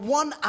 one